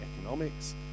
economics